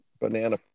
banana